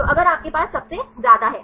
तो अगर आपके पास सबसे ज्यादा है